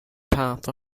paths